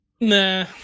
Nah